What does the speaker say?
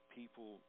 people